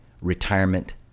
retirement